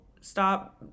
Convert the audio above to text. stop